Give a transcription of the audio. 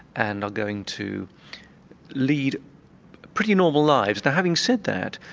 and are going to lead pretty normal lives. though having said that,